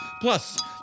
Plus